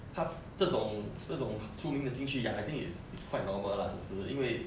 他这种这种著名的进去 ya I think it's is quite normal lah 有是因为